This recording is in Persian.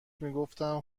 میگفتم